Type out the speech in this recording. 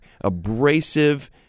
abrasive